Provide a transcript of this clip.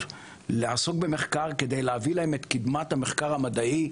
לעסוק במחקר כדי להביא להם את קידמת המחקר המדעי